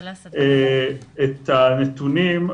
הנתונים,